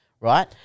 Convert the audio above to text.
right